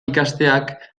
ikasteak